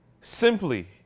simply